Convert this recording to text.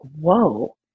whoa